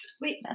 Wait